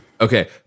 Okay